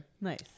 Nice